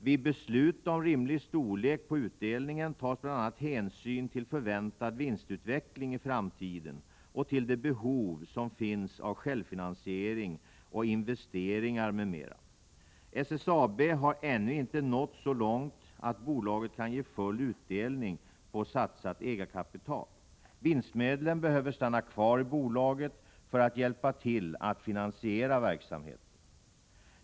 Vid beslut om rimlig storlek på utdelningen tas bl.a. hänsyn till förväntad vinstutveckling i framtiden och till de behov som finns av självfinansiering av investeringar m.m. SSAB har ännu inte nått så långt att bolaget kan ge full utdelning på satsat ägarkapital. Vinstmedlen behöver stanna kvar i bolaget för att hjälpa till att finansiera verksamheten.